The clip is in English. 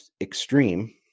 extreme